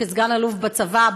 כסגן אלוף בצבא,